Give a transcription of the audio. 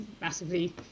massively